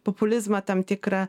populizmą tam tikrą